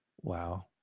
Wow